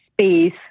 space